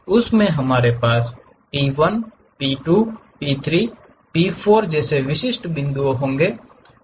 उस में हमारे पास P1 P 2 P 3 P 4 जैसे विशेष डेटा बिंदु हैं